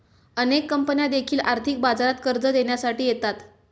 अनेक कंपन्या देखील आर्थिक बाजारात कर्ज देण्यासाठी येतात